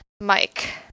mike